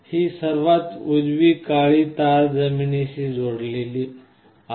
हि सर्वात उजवी काळी तार जमिनीशी जोडलेला आहे